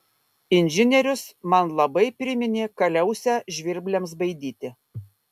inžinierius man labai priminė kaliausę žvirbliams baidyti